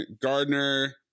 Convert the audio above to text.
Gardner